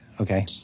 Okay